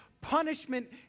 Punishment